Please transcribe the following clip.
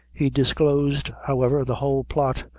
he disclosed, however, the whole plot,